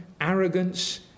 arrogance